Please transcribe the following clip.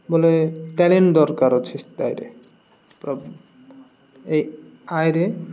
ବୋଲେ ଟ୍ୟାଲେଣ୍ଟ ଦରକାର ଅଛି ତାଇରେ ତ ଏଇ ଆଇରେ